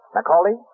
Macaulay